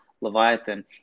leviathan